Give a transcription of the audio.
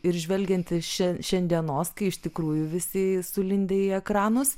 ir žvelgiant iš šian šiandienos kai iš tikrųjų visi sulindę į ekranus